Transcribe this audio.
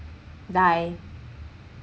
die